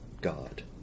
God